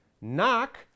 Knock